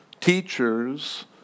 teachers